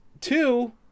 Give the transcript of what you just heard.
two